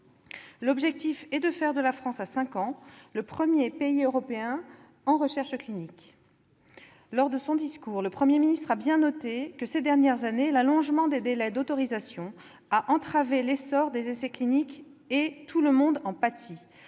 L'objectif est de faire de la France, à 5 ans, le premier pays européen en recherche clinique. Lors de son discours, le Premier ministre a bien noté que, ces dernières années, l'allongement des délais d'autorisation a entravé l'essor des essais cliniques, ce dont tout le monde pâtit